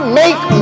make